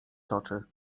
toczy